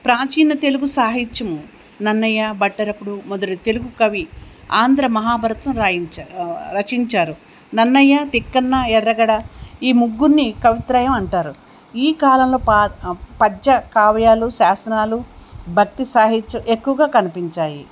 ప్రాచీన తెలుగు సాహిత్యము నన్నయ్య బట్టారకుడు మొదటి తెలుగు కవి ఆంధ్ర మహాభారతం వ్రాయించ రచించారు నన్నయ్య తిక్కన్న ఎర్రప్రగడ ఈ ముగ్గురుని కవిత్రయం అంటారు ఈ కాలంలో పా ప్య కావ్యాలు శాసనాలు భక్తి సాహిత్యం ఎక్కువగా కనిపించాయి